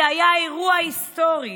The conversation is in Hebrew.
זה היה האירוע ההיסטורי